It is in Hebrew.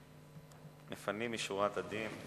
לפנים משורת הדין.